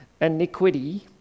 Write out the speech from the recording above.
iniquity